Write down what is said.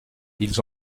ils